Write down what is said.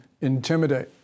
intimidate